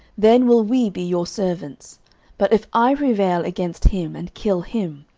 then will we be your servants but if i prevail against him, and kill him,